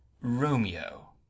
Romeo